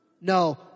No